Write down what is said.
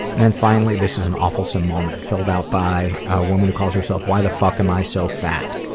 and then finally this is an awfulsome moment filled out by a woman who calls herself why the fuck am i so fat?